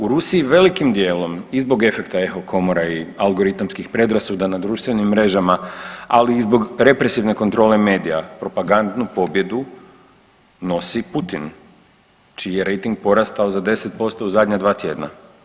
U Rusiji velikim dijelom i zbog efekta eho komora i algoritamskih predrasuda na društvenim mrežama, ali i zbog represivne kontrole medija propagandnu pobjedu nosi Putin čiji je rejting porastao za 10% u zadnja dva tjedna.